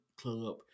club